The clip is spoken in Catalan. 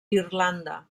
irlanda